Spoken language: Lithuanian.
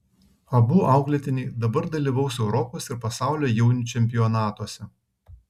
abu auklėtiniai dabar dalyvaus europos ir pasaulio jaunių čempionatuose